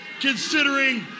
considering